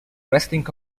resting